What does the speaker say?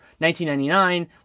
$19.99